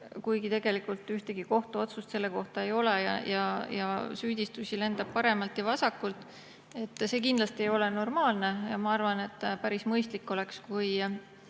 kuigi tegelikult ühtegi kohtuotsust selle kohta ei ole. Ometi süüdistusi lendab paremalt ja vasakult. See kindlasti ei ole normaalne ja ma arvan, et päris mõistlik oleks, kui